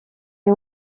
est